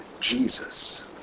Jesus